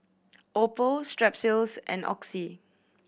Oppo Strepsils and Oxy